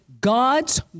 God's